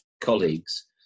colleagues